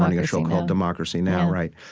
radio show called democracy now, right.